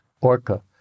orca